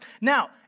Now